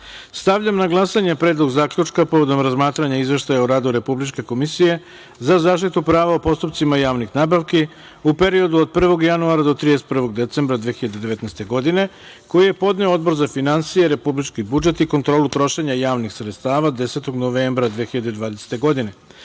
na glasanje Predlog zaključka povodom razmatranja Izveštaja o radu Republičke komisije za zaštitu prava o postupcima javnih nabavki u periodu od 1. januara do 31. decembra 2019. godine, koji je podneo Odbor za finansije, republički budžet i kontrolu trošenja javnih sredstava 10. novembra 2020. godine. Molim